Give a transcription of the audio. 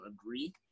agree